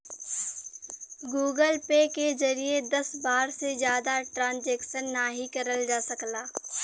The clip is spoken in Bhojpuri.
गूगल पे के जरिए दस बार से जादा ट्रांजैक्शन नाहीं करल जा सकला